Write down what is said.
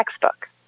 textbook